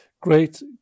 great